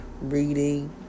reading